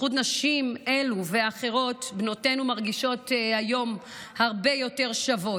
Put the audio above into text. בזכות נשים אלו ואחרות בנותינו מרגישות היום הרבה יותר שוות.